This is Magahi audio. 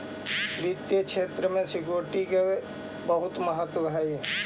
वित्तीय क्षेत्र में सिक्योरिटी के बहुत महत्व हई